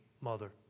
mother